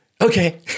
Okay